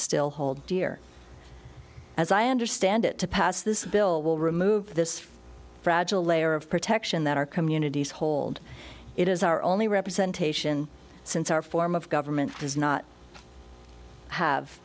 still hold dear as i understand it to pass this bill will remove this fragile layer of protection that our communities hold it is our only representation since our form of government does not have